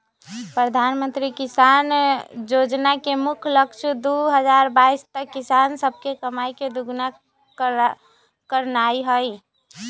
प्रधानमंत्री किसान जोजना के मुख्य लक्ष्य दू हजार बाइस तक किसान सभके कमाइ के दुगुन्ना करनाइ हइ